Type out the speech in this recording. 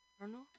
Colonel